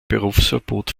berufsverbot